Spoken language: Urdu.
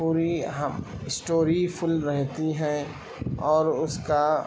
پوری اہم اسٹوری فل رہتی ہیں اور اس کا